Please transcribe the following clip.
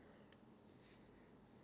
I want to be stable